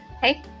Hey